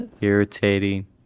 irritating